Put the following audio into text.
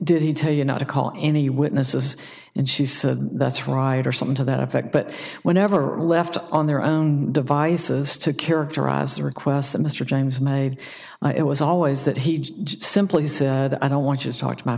did he tell you not to call any witnesses and she said that's right or something to that effect but whenever left on their own devices to characterize the requests that mr james made it was always that he simply said i don't want to talk to my